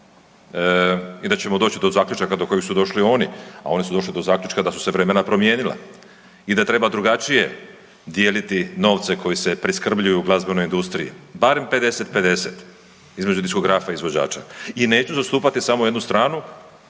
i da ćemo doći do zaključaka do kojeg su došli oni. A oni su došli do zaključka da su se vremena promijenila i da treba drugačije dijeliti novce koji se priskrbljuju u glazbenoj industriji barem 50 50 između diskografa i izvođača. I neću zastupati samo jednu stranu